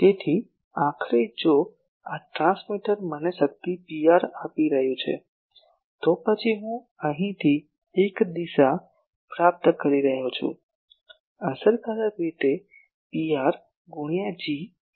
તેથી આખરે જો આ ટ્રાન્સમીટર મને શક્તિ Pr આપી રહ્યું છે તો પછી હું અહીંથી એક દિશા પ્રાપ્ત કરી રહ્યો છું અસરકારક રીતે Pr ગુણ્યા G છે